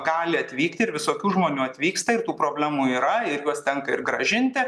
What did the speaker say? gali atvykti ir visokių žmonių atvyksta ir tų problemų yra ir juos tenka ir grąžinti